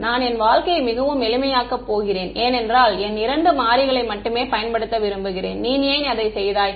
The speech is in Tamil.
நான் என் வாழ்க்கையை மிகவும் எளிமையாக்கப் போகிறேன் ஏனென்றால் என் இரண்டு மாறிகளை மட்டுமே பயன்படுத்த விரும்புகிறேன் நீ ஏன் அதை செய்தாய்